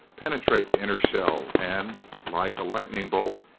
penetrate the inner shell and, like a lightning bolt,